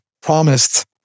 promised